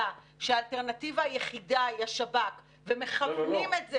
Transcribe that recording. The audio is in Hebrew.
שהאלטרנטיבה היחידה היא השב"כ ומכוונים את זה